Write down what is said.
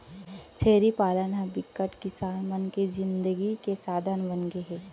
छेरी पालन ह बिकट किसान मन के जिनगी के साधन बनगे हे